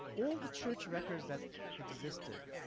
all the church records that existed,